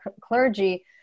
clergy